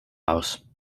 house